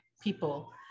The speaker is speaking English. people